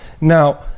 now